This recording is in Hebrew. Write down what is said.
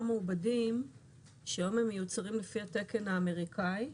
מעובדים שהיום הם מיוצרים לפי התקן האמריקאי.